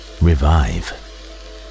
revive